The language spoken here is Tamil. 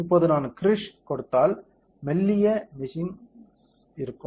இப்போது நான் கிருஷ்ஸ் கொடுத்தால் மெல்லிய மெஷிங் இருக்கும்